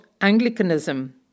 Anglicanism